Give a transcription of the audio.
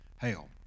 Hail